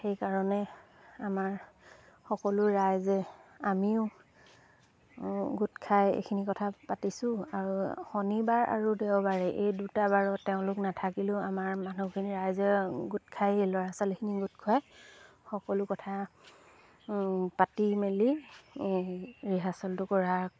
সেইকাৰণে আমাৰ সকলো ৰাইজে আমিও গোট খাই এইখিনি কথা পাতিছোঁ আৰু শনিবাৰ আৰু দেওবাৰে এই দুটা বাৰত তেওঁলোক নাথাকিলেও আমাৰ মানুহখিনি ৰাইজে গোট খায় এই ল'ৰা ছোৱালীখিনি গোট খুৱাই সকলো কথা পাতি মেলি এই ৰিহাৰ্চেলটো কৰাৰ